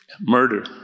Murder